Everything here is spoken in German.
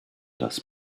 das